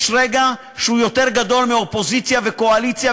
יש רגע שהוא יותר גדול מאופוזיציה וקואליציה,